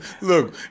Look